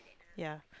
yea